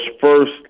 first